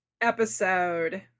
episode